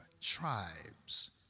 tribes